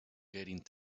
getting